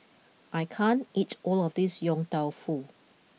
I can't eat all of this Yong Tau Foo